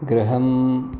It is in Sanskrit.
गृहम्